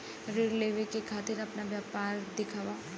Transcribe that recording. ऋण लेवे के खातिर अपना व्यापार के दिखावा?